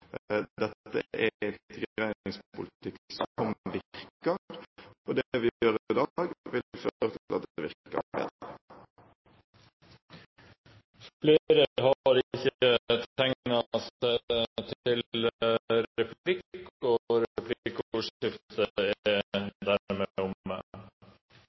Dette er integreringspolitikk som virker, og det vi gjør i dag, vil føre til at det virker bedre. Replikkordskiftet er omme. De talere som heretter får ordet, har en taletid på inntil 3 minutter. Helt til